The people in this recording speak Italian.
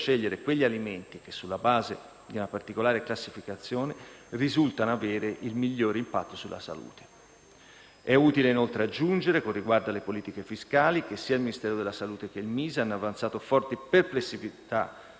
scegliere quegli alimenti che, sulla base di una particolare classificazione, risultano avere il migliore impatto sulla salute. È utile inoltre aggiungere, con riguardo alle politiche fiscali, che sia il Ministero della salute che il MISE hanno avanzato forti perplessità